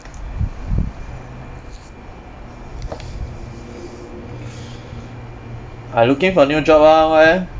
I looking for new job ah why eh